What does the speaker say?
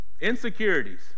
Insecurities